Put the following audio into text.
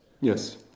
Yes